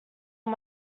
are